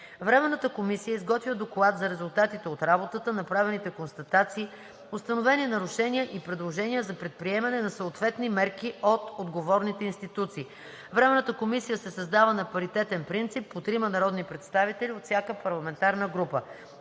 Временната комисия изготвя доклад за резултатите от работата, направените констатации, установени нарушения и предложения за предприемане на съответни мерки от отговорните институции. 5. Временната комисия се създава на паритетен принцип – по трима народни представители от всяка парламентарна група.